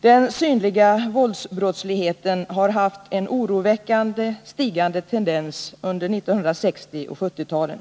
Den synliga våldsbrottsligheten har haft en oroväckande stigande tendens under 1960 och 1970-talen.